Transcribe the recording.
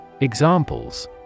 Examples